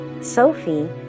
Sophie